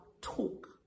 talk